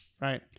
right